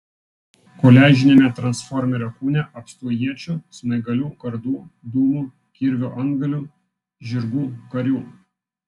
koliažiniame transformerio kūne apstu iečių smaigalių kardų dūmų kirvio antgalių žirgų karių